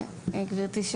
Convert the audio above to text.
גבירתי.